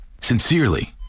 Sincerely